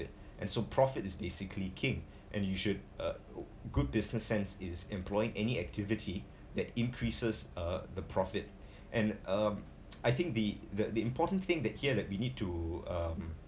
~it and so profit is basically king and you should uh good business sense is employing any activity that increases uh the profit and um I think the the the important thing that here that we need to um